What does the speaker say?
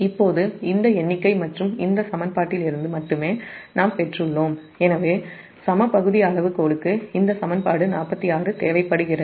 இப்போது இந்த எண்ணிக்கை மற்றும் இந்த சமன்பாட்டிலிருந்து மட்டுமே நாம் பெற்றுள்ளோம் எனவே சம பகுதி அளவுகோலுக்கு அந்த சமன்பாடு 46 தேவைப்படுகிறது